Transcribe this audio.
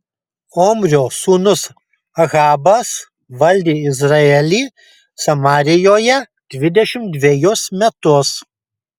omrio sūnus ahabas valdė izraelį samarijoje dvidešimt dvejus metus